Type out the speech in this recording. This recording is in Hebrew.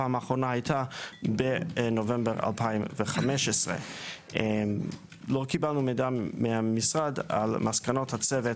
הפעם האחרונה היתה בנובמבר 2015. לא קיבלנו מידע מהמשרד על מסקנות הצוות